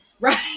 right